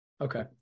Okay